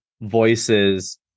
voices